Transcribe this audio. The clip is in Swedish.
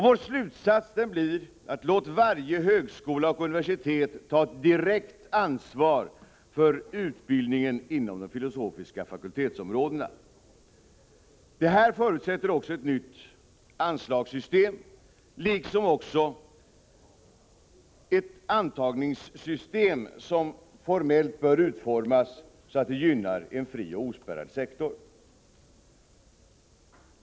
Vår slutsats blir att man skall låta varje högskola och universitet ta ett direkt ansvar för utbildningen inom de filosofiska fakultetsområdena. Detta förutsätter också ett nytt 155 anslagssystem liksom också ett antagningssystem som formellt bör utformas så att det gynnar en fri och ospärrad sektor.